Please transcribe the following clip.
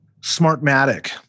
Smartmatic